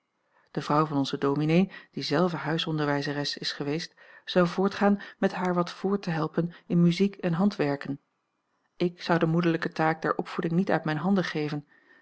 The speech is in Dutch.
de vrouw van onzen dominee die zelve huisonderwijzeres is geweest zou voortgaan met haar wat voort te helpen in muziek en handwerken ik zou de moederlijke taak der opvoeding niet uit mijne handen geven